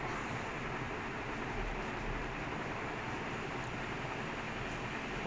no lah must be working also right when they created their stream so I asked